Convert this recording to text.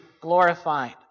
glorified